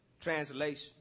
Translation